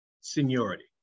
seniority